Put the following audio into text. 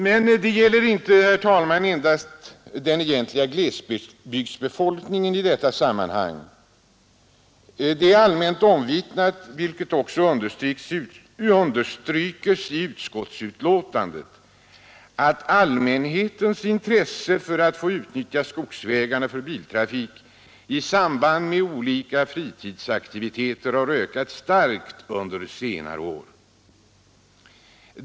Men det gäller inte, herr talman, endast den egentliga glesbygdsbefolkningen i detta sammanhang. Det är allmänt omvittnat — vilket också understrykes i utskottsbetänkandet — att allmänhetens intresse för att få utnyttja skogsvägarna för biltrafik i samband med olika fritidsaktiviteter har ökat starkt under senare år.